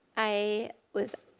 i was